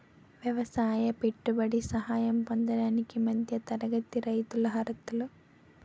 ఎవసాయ పెట్టుబడి సహాయం పొందడానికి మధ్య తరగతి రైతులు అర్హులు